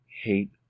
hate